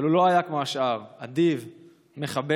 אבל הוא לא היה כמו השאר, אדיב, מכבד.